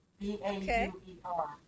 B-A-U-E-R